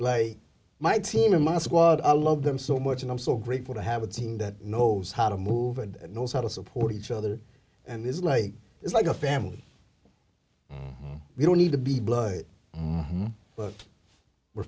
like my team and my squad i love them so much and i'm so grateful to have a team that knows how to move and knows how to support each other and it's like it's like a family we don't need to be blood but we're